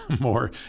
more